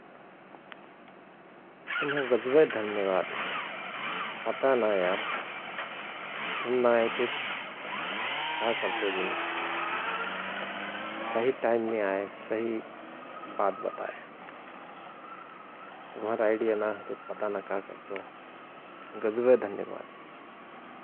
तुमय गजबय धन्यवाद यार पता ना यार । तुम ना ऐतेत का करतो जिन । सहि टाइममे आए सहि बात बताए । तुमर आईडिया ना हुईतोत पता नाय का करतो । गजबय धन्यवाद!